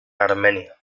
armenia